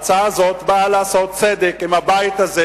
ההצעה הזאת באה לעשות צדק עם הבית הזה,